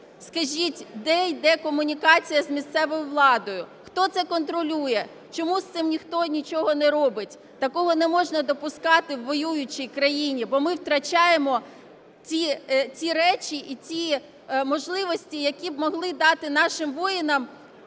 Скажіть, де йде комунікація з місцевою владою? Хто це контролює? Чому з цим ніхто нічого не робить? Такого не можна допускати у воюючій країні, бо ми втрачаємо ті речі і ті можливості, які б могли дати нашим воїнам